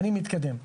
אני מתקדם.